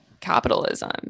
capitalism